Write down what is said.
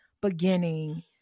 beginning